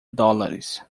dólares